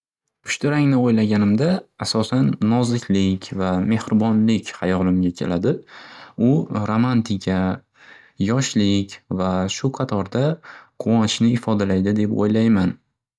Pushti rangni o'ylaganimda asosan noziklik va mehribonlik hayolimga keladi. U romantika, yoshlik va shu qatorda quvonchni ifodalaydi deb o'ylayman.